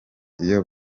iyo